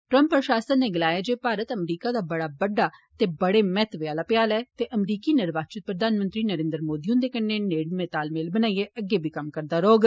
Trump प्रशासन नै गलाया ऐ जे भारत अमरीका दा बड़ा बड़डा ते बड़े महत्वै आह्ला भ्याल ऐ ते अमरीका निर्वाचित प्रधानमंत्री नरेंद्र मोदी हुंदे कन्नै नेड़मा तालमेल बनाइयै अग्गै बी कम्म करदा रौह्ग